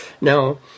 Now